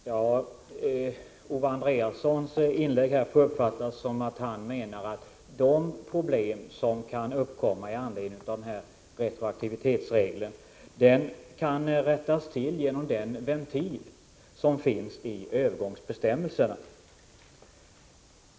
Herr talman! Owe Andréassons inlägg här bör uppfattas så, att han menar att de problem som kan uppkomma i anledning av retroaktivitetsregeln kan rättas till genom den ventil som finns i övergångsbestämmelserna.